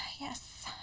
yes